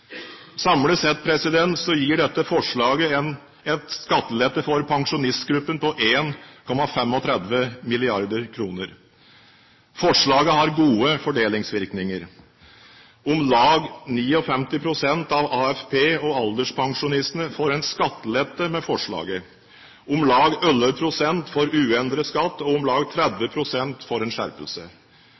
Samlet sett gir dette forslaget en skattelette for pensjonistgruppen på 1,35 mrd. kr. Forslaget har gode fordelingsvirkninger. Om lag 59 pst. av AFP- og alderspensjonistene får en skattelette med forslaget, om lag 11 pst. får uendret skatt, og om lag 30 pst. får en skjerpelse.